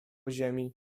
ziemi